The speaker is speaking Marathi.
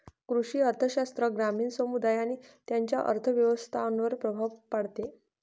कृषी अर्थशास्त्र ग्रामीण समुदाय आणि त्यांच्या अर्थव्यवस्थांवर प्रभाव पाडते